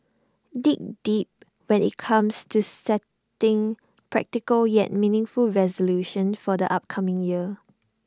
dig deep when IT comes to setting practical yet meaningful resolutions for the upcoming year